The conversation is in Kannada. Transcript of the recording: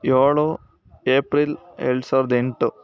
ಏಳು ಏಪ್ರಿಲ್ ಎರಡು ಸಾವಿರದ ಎಂಟು